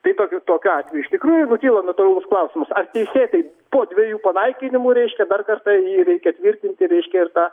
tai tokiu tokiu atveju iš tikrųjų kyla natūralus klausimas ar teisėtais po dviejų panaikinimų reiškia dar kartą jį reikia tvirtintireiškia ir tą